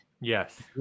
Yes